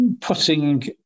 Putting